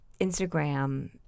Instagram